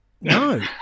No